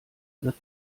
wird